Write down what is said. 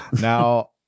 Now